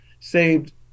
saved